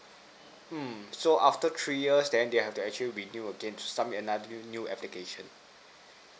hmm so after three years then they have to actually renew again to submit another new application